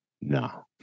No